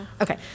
okay